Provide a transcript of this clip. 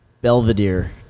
Belvedere